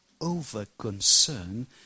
over-concern